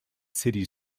cities